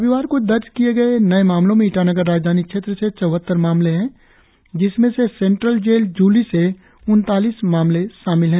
रविवार को दर्ज किए गए नए मामलों में ईटानगर राजधानी क्षेत्र से चौहत्तर मामले है जिसमें से सेंट्रल जेल जूली से उनतालीस मामले शामिल है